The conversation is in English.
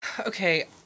Okay